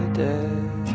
dead